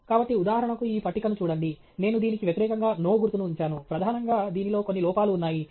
కాబట్టి ఉదాహరణకు ఈ పట్టికను చూడండి నేను దీనికి వ్యతిరేకంగా NO గుర్తును ఉంచాను ప్రధానంగా దీనిలో కొన్ని లోపాలు ఉన్నాయి